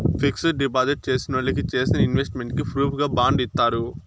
fixed deposit చేసినోళ్ళకి చేసిన investment కి ప్రూఫుగా బాండ్ ఇత్తారు